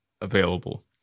available